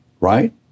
right